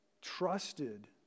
trusted